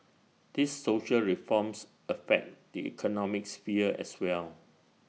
these social reforms affect the economic sphere as well